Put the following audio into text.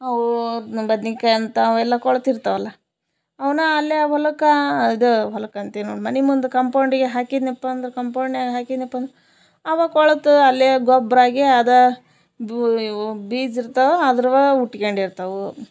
ಅವು ಬದ್ನಿಕಾಯಿ ಅಂಥ ಅವೆಲ್ಲ ಕೊಳ್ತಿರ್ತವಲ್ಲ ಅವನ್ನ ಅಲ್ಲೇ ಹೊಲಕ್ಕೆ ಇದು ಹೊಲಕ್ಕೆ ಅಂತೀನಿ ನೋಡಿ ಮನೆ ಮುಂದೆ ಕಂಪೌಂಡಿಗೆ ಹಾಕಿದ್ನ್ಯಪ್ಪ ಅಂದ್ರೆ ಕಂಪೌಂಡ್ನ್ಯಾಗ ಹಾಕಿದ್ನ್ಯಪ್ಪ ಅಂದ್ರೆ ಅವ ಕೊಳ್ತು ಅಲ್ಲೇ ಗೊಬ್ಬರಾಗಿ ಅದು ಬೂ ಇವು ಬೀಜ ಇರ್ತವೆ ಅದ್ರಾಗ ಹುಟ್ಕ್ಯಂಡಿರ್ತವೂ